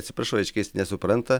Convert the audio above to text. atsiprašau reiškia jis nesupranta